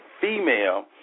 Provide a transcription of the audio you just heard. female